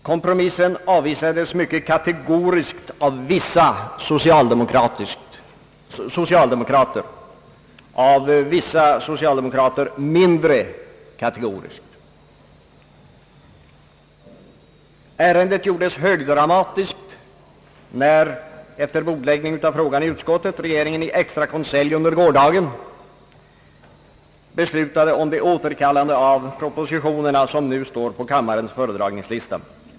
Kompromissen avvisades mycket kategoriskt av vissa socialdemokrater, av vissa andra socialdemokrater mindre kategoriskt. Ärendet gjordes högdramatiskt när — efter bordläggning av frågan i utskottet — regeringen i extra konselj under gårdagen beslutade om det återkallande av propositionerna, som nu står på kammarens föredragningslista.